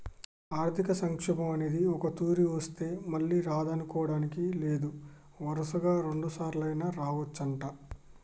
ఆర్థిక సంక్షోభం అనేది ఒక్కతూరి వస్తే మళ్ళీ రాదనుకోడానికి లేదు వరుసగా రెండుసార్లైనా రావచ్చంట